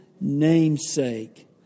namesake